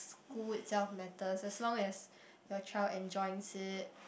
school itself matters as long as your child enjoys it